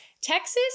Texas